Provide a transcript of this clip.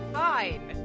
fine